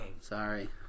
Sorry